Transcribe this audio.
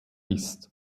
ist